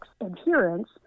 adherence